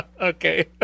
Okay